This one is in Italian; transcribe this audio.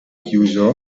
chiuso